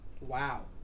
Wow